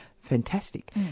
fantastic